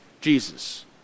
Jesus